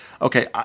Okay